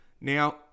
Now